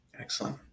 Excellent